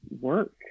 work